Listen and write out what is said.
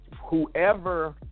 whoever